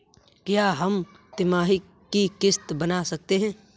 क्या हम तिमाही की किस्त बना सकते हैं?